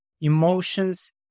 emotions